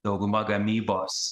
dauguma gamybos